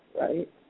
right